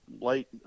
late